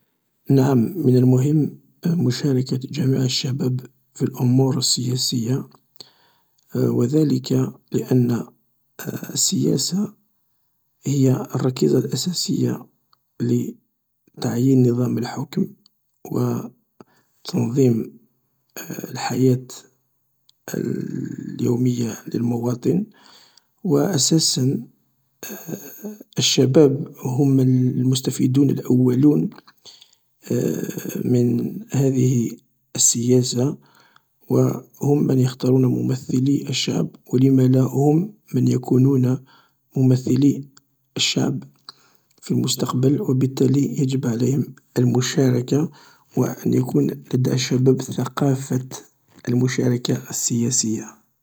:نعم من المهم مشاركة جميع الشباب في الامور السياسية و ذلك لأن السياسة هي الركيزة الأساسية لتعيين نظام الحكم و تنظيم الحياة اليومية للمواطن و أساسا الشباب هم المستفيدين الأولون من هذه السياسة و هم من يختارون ممثلي الشعب و لم لا هم من يكونون ممثلي الشعب في المستقبل و بالتالي يجب عليهم المشتركة و ان يكون لدى الشباب ثقافة المشتركة السياسية